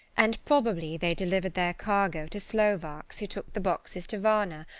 and probably they delivered their cargo to slovaks who took the boxes to varna,